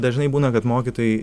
dažnai būna kad mokytojai